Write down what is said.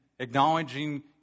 acknowledging